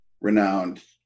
renowned